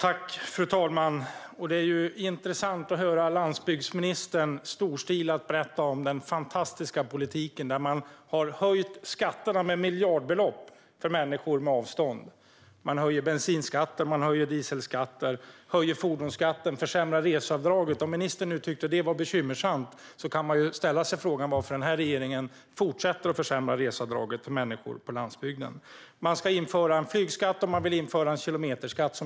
Fru talman! Det är intressant att höra landsbygdsministern storstilat berätta om den fantastiska politiken, där man har höjt skatterna med miljardbelopp för människor som lever där avstånden är stora. Man höjer bensinskatten, dieselskatten och fordonsskatten. Man försämrar också reseavdraget. Om ministern tycker att detta var bekymmersamt, kan man fråga varför denna regering fortsätter att försämra reseavdraget för människor på landsbygden. Som jag sa ska man införa en flygskatt, och man vill införa en kilometerskatt.